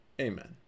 Amen